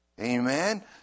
Amen